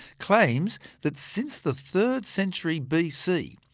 claims that since the third century bc,